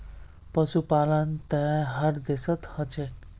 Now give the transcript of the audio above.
पशुपालन त हर देशत ह छेक